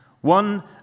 One